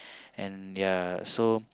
and ya so